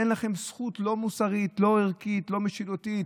אין לכם זכות לא מוסרית, לא ערכית, לא משילותית.